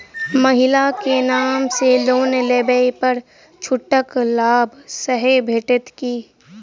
महिला केँ नाम सँ लोन लेबऽ पर छुटक लाभ सेहो भेटत की?